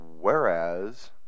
whereas